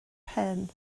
pen